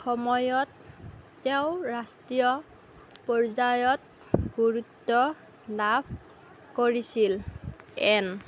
সময়ত তেওঁ ৰাষ্ট্ৰীয় পৰ্যায়ত গুৰুত্ব লাভ কৰিছিল এন